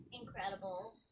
incredible